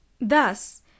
Thus